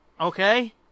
okay